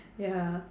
ya